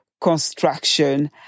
construction